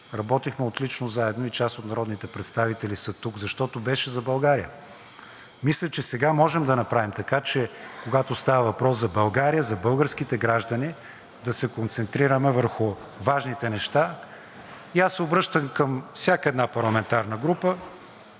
работихме отлично заедно и част от народните представители са тук, защото беше за България. Мисля, че и сега можем да направим така, че когато става въпрос за България и за българските граждани, да се концентрираме върху важните неща. Аз се обръщам към всяка една парламентарна група